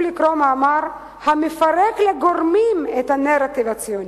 לקרוא מאמר ה"מפרק לגורמים את הנרטיב הציוני".